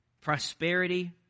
Prosperity